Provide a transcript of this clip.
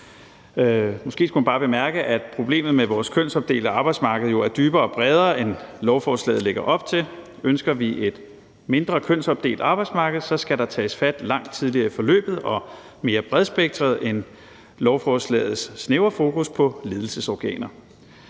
Måske skulle man bare bemærke, at problemet med vores kønsopdelte arbejdsmarked jo er dybere og bredere, end lovforslaget lægger op til. Ønsker vi et mindre kønsopdelt arbejdsmarked, skal der tages fat langt tidligere i forløbet og mere bredspektret end lovforslagets snævre fokus på ledelsesorganer.